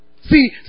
See